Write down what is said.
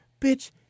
Bitch